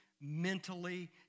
mentally